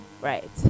right